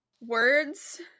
words